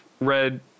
Red